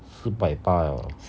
四百八了